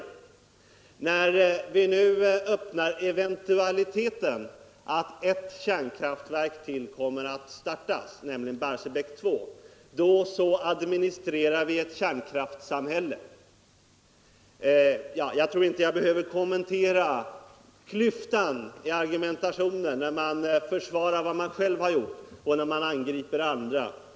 Men när vi nu öppnar eventualiteten att ett kärnkraftverk till, nämligen Barsebäck 2, kommer att startas. så administrerar vi ett kärnkraftssamhälle. — Jag tror inte jag I argumentationen på det hållet behöver kommentera klyftan mellan när man förklarar vad man själv har gjort och när man angriper andra.